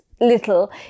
little